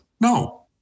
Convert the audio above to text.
No